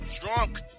drunk